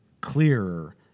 clearer